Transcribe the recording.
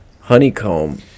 honeycomb